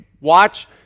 watch